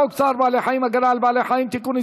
ההצעה להעביר את הצעת חוק צער בעלי חיים (הגנה על בעלי חיים) (תיקון,